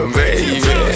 baby